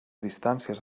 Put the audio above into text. distàncies